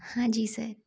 हाँ जी सर